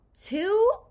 two